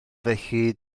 felly